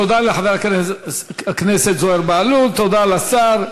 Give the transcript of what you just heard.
תודה לחבר הכנסת זוהיר בהלול, תודה לשר.